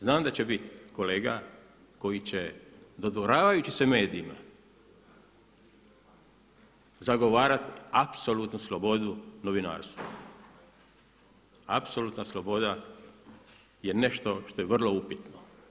Znam da će biti kolega koji će dodvoravajući se medijima zagovarati apsolutnu slobodu novinarstva, apsolutna sloboda je nešto što je vrlo upitno.